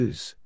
Use